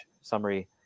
summary –